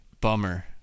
Bummer